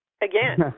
again